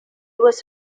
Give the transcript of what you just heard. was